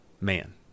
man